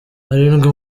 arindwi